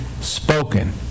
spoken